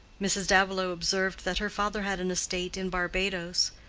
mrs. davilow observed that her father had an estate in barbadoes,